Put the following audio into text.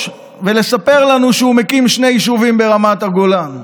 ולספר לנו שהוא מקים שני יישובים ברמת הגולן.